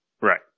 Right